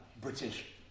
British